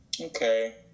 okay